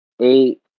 Eight